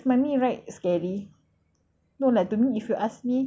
no lah to me if you ask me roller coaster tu lagi scary